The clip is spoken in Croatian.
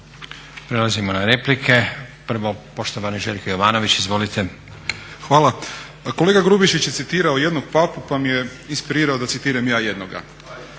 Hvala.